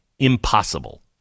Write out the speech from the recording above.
Impossible